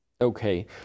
Okay